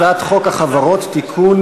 הצעת חוק החברות (תיקון,